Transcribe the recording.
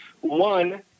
One